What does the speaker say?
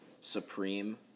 supreme